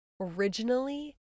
originally